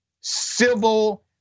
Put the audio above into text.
civil